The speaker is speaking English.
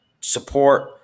support